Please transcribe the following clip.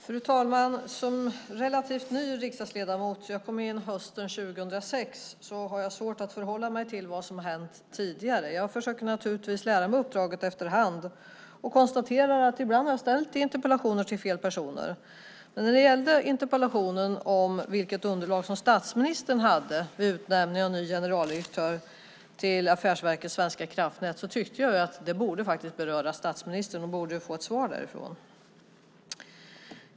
Fru talman! Som relativt ny riksdagsledamot - jag kom in hösten 2006 - har jag svårt att förhålla mig till vad som har hänt tidigare. Jag försöker naturligtvis lära mig uppdraget efterhand och konstaterar att jag ibland har ställt interpellationer till fel personer. Men när det gällde interpellationen om vilket underlag som statsministern hade vid utnämningen av ny generaldirektör till Affärsverket svenska kraftnät tyckte jag att det faktiskt borde beröra statsministern och att jag borde ha fått ett svar därifrån.